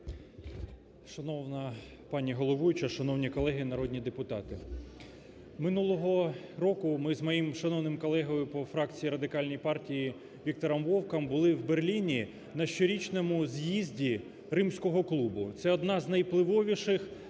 Шановна пані головуюча, шановні колеги народні депутати! Минулого року ми з моїм шановним колегою по фракції Радикальної партії Віктором Вовком були в Берліні на щорічному з'їзді Римського клубу. Це одна з найвпливовіших